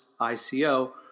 ICO